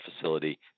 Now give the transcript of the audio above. facility